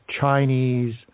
Chinese